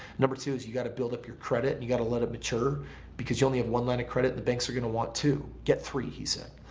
number two is you got to build up your credit you got to let it mature because you only have one line of credit the banks are going to want two, get three he said.